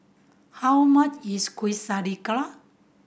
how much is Quesadillas